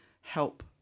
help